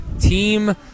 team